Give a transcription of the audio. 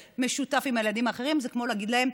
משותף עם הילדים האחרים זה כמו להגיד להם: